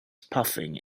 puffing